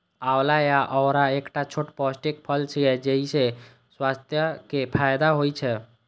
आंवला या औरा एकटा छोट पौष्टिक फल छियै, जइसे स्वास्थ्य के फायदा होइ छै